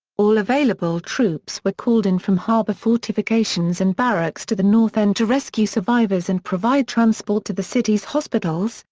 all available troops were called in from harbour harbour fortifications and barracks to the north end to rescue survivors and provide transport to the city's hospitals,